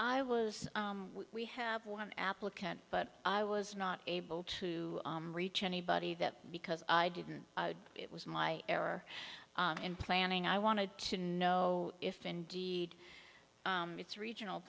i was we have one applicant but i was not able to reach anybody that because i didn't it was my error in planning i wanted to know if indeed it's regional